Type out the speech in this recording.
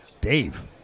Dave